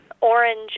orange